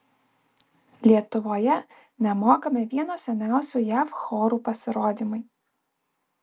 lietuvoje nemokami vieno seniausių jav chorų pasirodymai